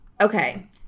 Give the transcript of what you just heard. Okay